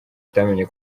utamenye